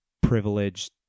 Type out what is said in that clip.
privileged